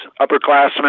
upperclassmen